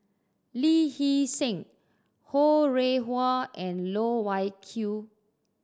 Lee Hee Seng Ho Rih Hwa and Loh Wai Kiew